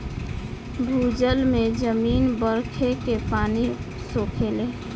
भूजल में जमीन बरखे के पानी सोखेले